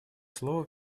слово